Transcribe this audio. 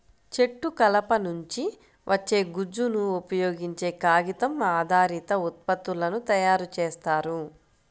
చెట్టు కలప నుంచి వచ్చే గుజ్జును ఉపయోగించే కాగితం ఆధారిత ఉత్పత్తులను తయారు చేస్తారు